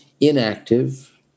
inactive